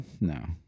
No